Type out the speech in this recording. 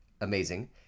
amazing